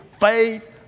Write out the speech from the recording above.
faith